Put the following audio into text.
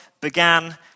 began